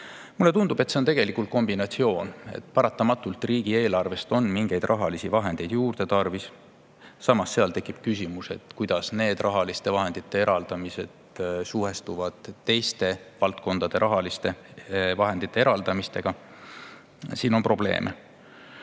mulle, et see on kombinatsioon mitmest asjast. Paratamatult on riigieelarvest mingeid rahalisi vahendeid juurde tarvis. Samas tekib küsimus, kuidas need rahaliste vahendite eraldamised suhestuvad teiste valdkondade rahaliste vahendite eraldamisega. Siin on probleeme.